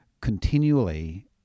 continually